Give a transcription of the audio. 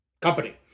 company